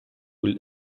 will